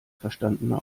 verstandene